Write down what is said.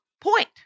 point